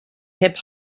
hip